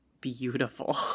beautiful